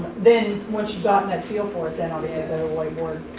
then once you got that feel for it, then obviously go to the whiteboard.